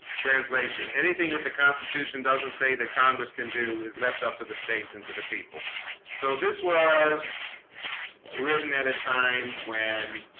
translation anything that the constitution doesn't say that congress can do is left up to the states and to the people so this was written at a time when